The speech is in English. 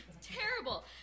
terrible